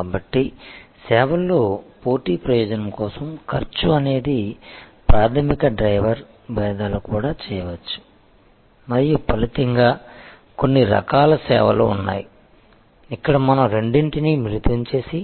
కాబట్టి సేవల్లో పోటీ ప్రయోజనం కోసం ఖర్చు అనేది ప్రాధమిక డ్రైవర్ భేదాలు కూడా చేయవచ్చు మరియు ఫలితంగా కొన్ని రకాల సేవలు ఉన్నాయి ఇక్కడ మనం రెండింటినీ మిళితం చేసి